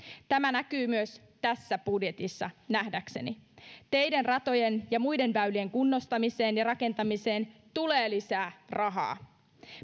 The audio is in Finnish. tämä näkyy myös tässä budjetissa nähdäkseni teiden ratojen ja muiden väylien kunnostamiseen ja rakentamiseen tulee lisää rahaa